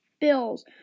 Bills